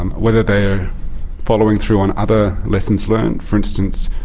um whether they're following through on other lessons learnt, for instance,